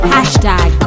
Hashtag